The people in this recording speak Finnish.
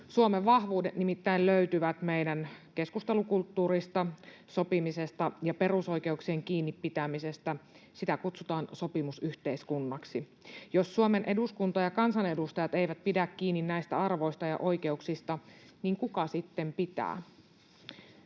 Suomen vahvuudet nimittäin löytyvät meidän keskustelukulttuurista, sopimisesta ja perusoikeuksista kiinni pitämisestä. Sitä kutsutaan sopimusyhteiskunnaksi. Jos Suomen eduskunta ja kansanedustajat eivät pidä kiinni näistä arvoista ja oikeuksista, niin kuka sitten pitää?